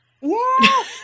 yes